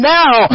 now